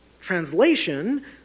translation